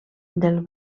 del